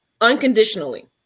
unconditionally